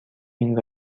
این